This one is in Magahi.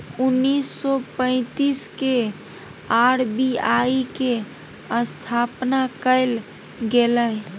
उन्नीस सौ पैंतीस के आर.बी.आई के स्थापना कइल गेलय